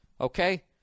Okay